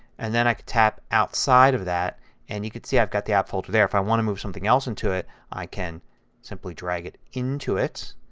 and then i can tap outside of that and you can see i've got the app folder there. if i want to move something else into it i can simply drag it into it.